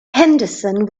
henderson